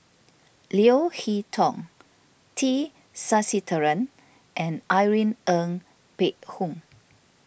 Leo Hee Tong T Sasitharan and Irene Ng Phek Hoong